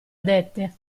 dette